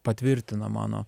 patvirtina mano